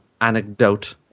anecdote